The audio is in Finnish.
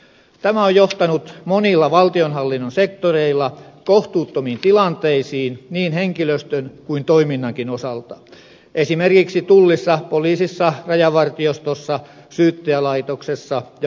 tämä on johtanut monilla valtionhallinnon sektoreilla kohtuuttomiin tilanteisiin niin henkilöstön kuin toiminnankin osalta esimerkiksi tullissa poliisissa rajavartiostossa syyttäjälaitoksessa ja oikeusistuimissa